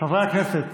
חברי הכנסת,